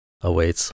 awaits